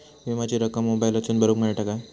विमाची रक्कम मोबाईलातसून भरुक मेळता काय?